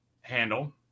handle